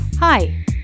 Hi